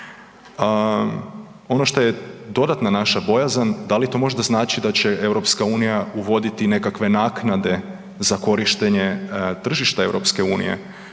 Ono što je dodatna naša bojazan da li to možda znači da će EU uvoditi nekakve naknade za korištenje tržišta EU